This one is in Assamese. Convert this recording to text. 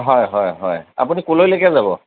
হয় হয় হয় আপুনি ক'লৈ লৈকে যাব